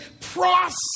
process